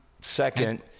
second